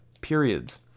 periods